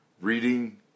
reading